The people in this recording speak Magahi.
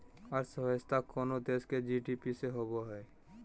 अर्थव्यवस्था कोनो देश के जी.डी.पी से होवो हइ